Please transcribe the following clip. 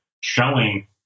showing